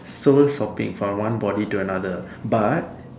soul swapping from one body to another but